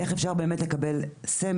איך אפשר באמת לקבל סמל